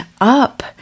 up